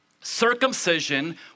circumcision